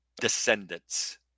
descendants